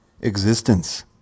existence